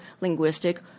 linguistic